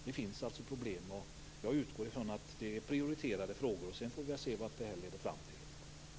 Det finns alltså problem, och jag utgår ifrån att det är prioriterade frågor. Sedan får vi väl se vad detta leder fram till.